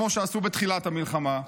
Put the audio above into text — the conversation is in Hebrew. כמו שעשו בתחילת המלחמה,